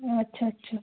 ও আচ্ছা আচ্ছা